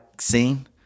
scene